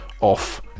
off